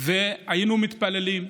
והיינו מתפללים.